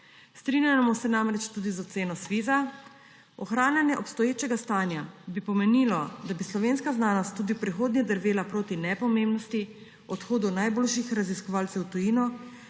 Strinjamo se namreč tudi z oceno Sviza, da ohranjanje obstoječega stanja bi pomenilo, da bi slovenska znanost tudi v prihodnje drvela proti nepomembnosti, odhodu najboljših raziskovalcev v tujino,